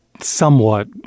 somewhat